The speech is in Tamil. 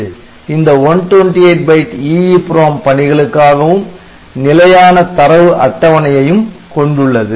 இந்த 128 பைட் EEPROM பணிகளுக்காகவும் நிலையான தரவு அட்டவணையும் கொண்டுள்ளது